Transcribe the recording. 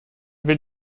will